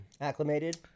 acclimated